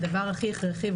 הדבר הכי הכרחי,